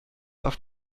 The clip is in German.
auf